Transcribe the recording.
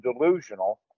delusional